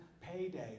payday